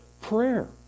prayer